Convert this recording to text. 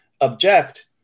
object